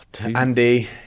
Andy